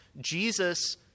Jesus